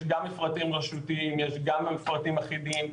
יש גם מפרטים רשותיים, יש גם מפרטים אחידים.